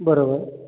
बरोबर